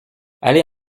aller